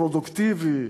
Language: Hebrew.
פרודוקטיבי,